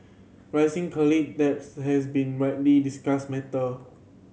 rising debts has been widely discussed matter